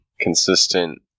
consistent